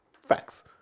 Facts